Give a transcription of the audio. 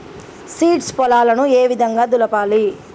Seeds పొలాలను ఏ విధంగా దులపాలి?